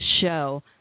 show